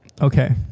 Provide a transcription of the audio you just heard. okay